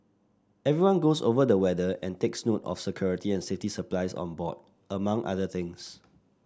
everyone goes over the weather and takes note of security and safety supplies on board among other things